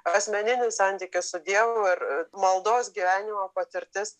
asmeninis santykis su dievu ir maldos gyvenimo patirtis